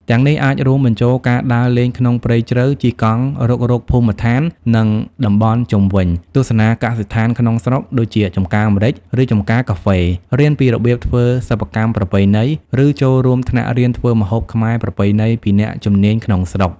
ទាំងនេះអាចរួមបញ្ចូលការដើរលេងក្នុងព្រៃជ្រៅ ជិះកង់រុករកភូមិដ្ឋាន និងតំបន់ជុំវិញ ទស្សនាកសិដ្ឋានក្នុងស្រុក ដូចជាចម្ការម្រេច ឬចម្ការកាហ្វេ រៀនពីរបៀបធ្វើសិប្បកម្មប្រពៃណី ឬចូលរួមថ្នាក់រៀនធ្វើម្ហូបខ្មែរប្រពៃណីពីអ្នកជំនាញក្នុងស្រុក។